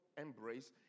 embrace